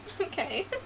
Okay